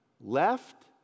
left